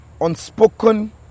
unspoken